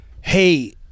hey